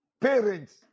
parents